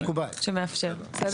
שמאפשר בסדר?